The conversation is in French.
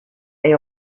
est